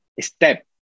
step